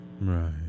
Right